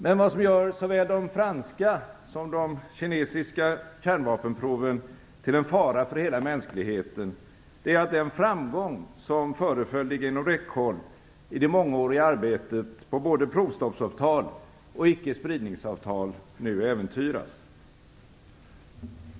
Men vad som gör såväl de franska som de kinesiska kärnvapenproven till en fara för hela mänskligheten är att den framgång som föreföll ligga inom räckhåll i det mångåriga arbetet på både provstoppsavtal och icke-spridningsavtal nu äventyras.